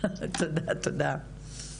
תודה, תודה.